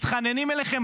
מתחננים אליכם,